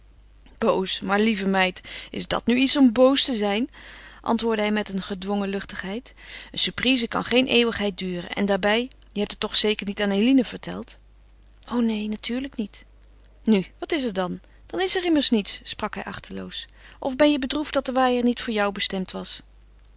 boos maar lieve meid is dat nu iets om boos te zijn antwoordde hij met een gedwongen luchtigheid een surprise kan geen eeuwigheid duren en daarbij je hebt het toch zeker niet aan eline verteld o neen natuurlijk niet nu wat is er dan dan is er immers niets sprak hij achteloos of ben je bedroefd dat de waaier niet voor jou bestemd was